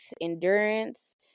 endurance